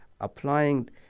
applying